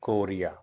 Korea